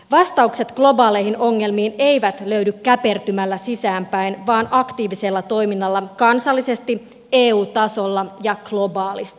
vastaukset globaaleihin ongelmiin eivät löydy käpertymällä sisäänpäin vaan aktiivisella toiminnalla kansallisesti eu tasolla ja globaalisti